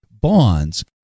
bonds